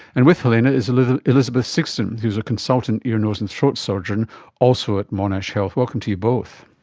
and with helena is elizabeth elizabeth sigston who is a consultant ear, nose and throat surgeon also at monash health, welcome to you both.